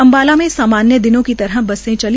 अम्बाला में सामान्य दिनों की तरह बसें चली